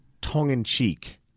tongue-in-cheek